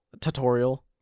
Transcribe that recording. tutorial